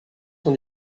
son